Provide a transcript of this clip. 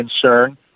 concern